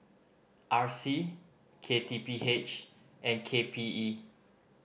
R C K T P H and K P E